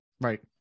Right